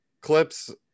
Clips